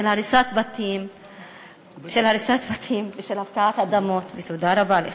של הריסת בתים ושל הפקעת אדמות, ותודה רבה לך.